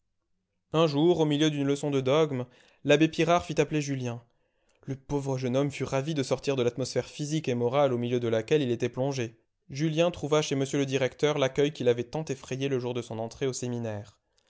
un jour au milieu d'une leçon de dogme l'abbé pirard fit appeler julien le pauvre jeune homme fut ravi de sortir de l'atmosphère physique et morale au milieu de laquelle il était plongé julien trouva chez m le directeur l'accueil qui l'avait tant effrayé le jour de son entrée au séminaire